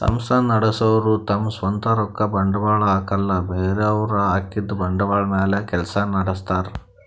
ಸಂಸ್ಥಾ ನಡಸೋರು ತಮ್ ಸ್ವಂತ್ ರೊಕ್ಕ ಬಂಡ್ವಾಳ್ ಹಾಕಲ್ಲ ಬೇರೆಯವ್ರ್ ಹಾಕಿದ್ದ ಬಂಡ್ವಾಳ್ ಮ್ಯಾಲ್ ಕೆಲ್ಸ ನಡಸ್ತಾರ್